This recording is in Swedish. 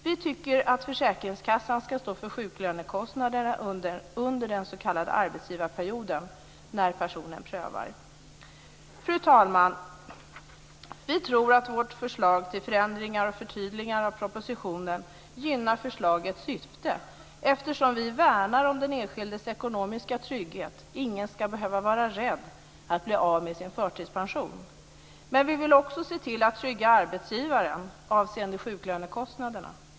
Vi tycker att försäkringskassan ska stå för sjuklönekostnaderna under den s.k. Fru talman! Vi tror att vårt förslag till förändringar och förtydliganden av propositionen gynnar förslagets syfte, eftersom vi värnar om den enskildes ekonomiska trygghet. Ingen ska behöva vara rädd att bli av med sin förtidspension. Men vi vill också se till att trygga arbetsgivaren avseende sjuklönekostnaderna.